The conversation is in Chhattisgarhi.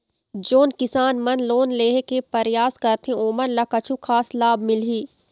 जोन किसान मन लोन लेहे के परयास करथें ओमन ला कछु खास लाभ मिलही?